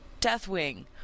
Deathwing